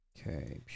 okay